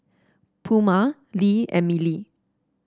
Puma Lee and Mili